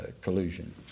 collusion